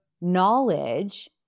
knowledge